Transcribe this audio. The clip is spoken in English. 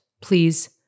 Please